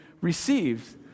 received